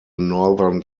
northern